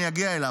אני אגיע אליו.